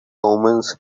omens